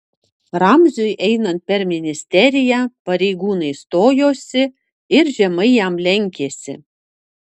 ramziui einant per ministeriją pareigūnai stojosi ir žemai jam lenkėsi